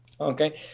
okay